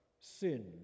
sin